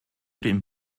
den